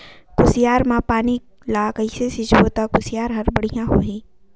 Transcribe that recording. कुसियार मा पानी ला कइसे सिंचबो ता कुसियार हर बेडिया होही?